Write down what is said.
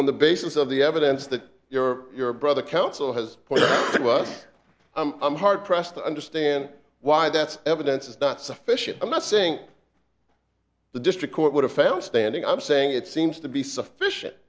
on the basis of the evidence that your your brother council has put to us i'm hard pressed to understand why that's evidence is not sufficient i'm not saying the district court would have found standing i'm saying it seems to be sufficient